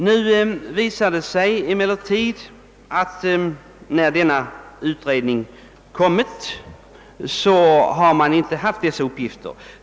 När denna utredning nu slutförts visar det sig emellertid att den inte haft denna uppgift.